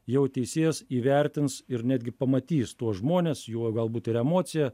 jau teisėjas įvertins ir netgi pamatys tuos žmones juo galbūt ir emocija